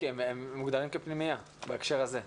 כי הם מוגדרים כפנימיות בהקשר הזה.